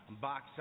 box